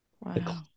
Wow